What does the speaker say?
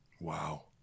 Wow